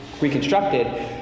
reconstructed